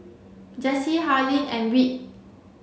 Jessye Harlene and Whit